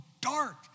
dark